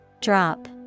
Drop